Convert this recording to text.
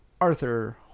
Arthur